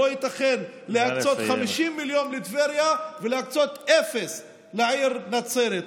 לא ייתכן להקצות 50 מיליון לטבריה ולהקצות אפס לעיר נצרת.